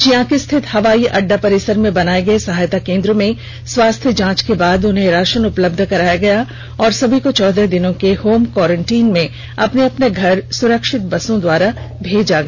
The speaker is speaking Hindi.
चियांकी स्थित हवाई अड्डा परिसर में बनाये गये सहायता केन्द्र में स्वास्थ्य जांच के बाद उन्हें राषन उपलब्ध कराया गया और सभी को चौदह दिनों के होम कोरेंटीन में अपने अपने घर सुरक्षित बसों के द्वारा भेजा गया